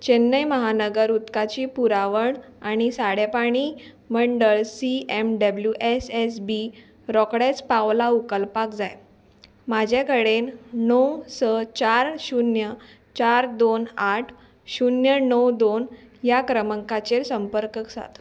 चेन्नय महानगर उदकाची पुरावण आनी साडेपाणी मंडळ C M W S S B रोखडेच पावला उकलपाक जाय म्हाजे कडेन णव स चार शुन्य चार दोन आठ शुन्य णव दोन ह्या क्रमांकाचेर संपर्क साद